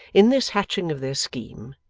in this hatching of their scheme,